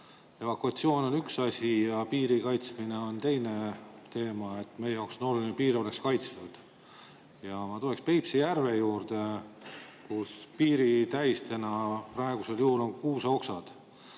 Evakuatsioon on üks asi ja piiri kaitsmine on teine teema. Meie jaoks on oluline, et piir oleks kaitstud. Ma tulen Peipsi järve juurde, kus piiritähisteks praegu on kuuseoksad,